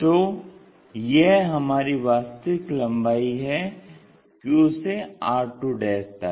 तो यह हमारी वास्तविक लम्बाई है Q से r2 तक